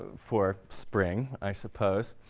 for spring, i suppose.